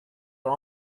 are